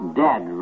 dead